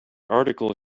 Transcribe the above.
article